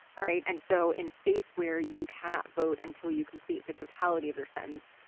all right. and so in states where you cannot vote until you complete the totality of your sentence,